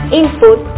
input